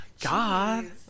God